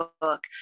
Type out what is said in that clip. book